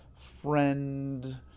friend